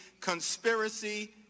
conspiracy